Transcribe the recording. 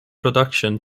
production